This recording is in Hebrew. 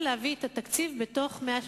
עכשיו עם ישראל צריך לשמוע מה אנחנו נעשה